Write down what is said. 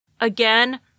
Again